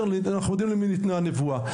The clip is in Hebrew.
אנחנו יודעים למי ניתנה הנבואה.